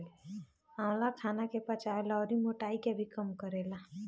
आंवला खाना के पचावे ला अउरी मोटाइ के भी कम करेला